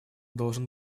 должен